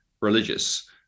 religious